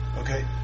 Okay